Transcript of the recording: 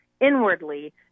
inwardly